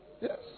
Yes